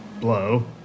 blow